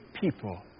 people